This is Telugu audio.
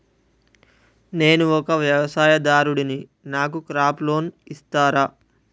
నేను ఒక వ్యవసాయదారుడిని నాకు క్రాప్ లోన్ ఇస్తారా?